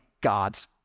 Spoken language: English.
God's